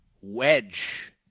wedge